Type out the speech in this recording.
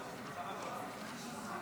ביקשתי